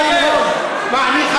שום כבוד למדינה הזאת ולערכיה.